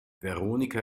veronika